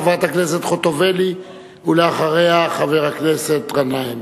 חברת הכנסת חוטובלי, ואחריה, חבר הכנסת גנאים.